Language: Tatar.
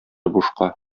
бушка